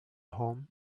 home